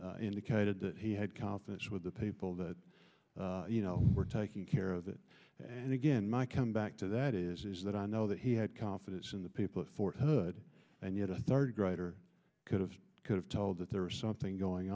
mullen indicated that he had confidence with the people that you know were taking care of that and again my come back to that is that i know that he had confidence in the people of fort hood and yet a third grader could have could have told that there was something going